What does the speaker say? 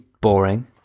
boring